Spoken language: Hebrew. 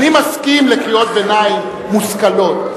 אני מסכים לקריאות ביניים מושכלות.